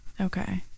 Okay